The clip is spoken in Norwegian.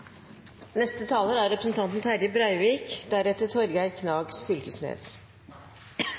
Neste taler er Dag Terje